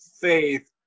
faith